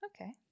Okay